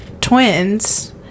twins